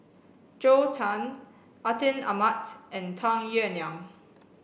Zhou Can Atin Amat and Tung Yue Nang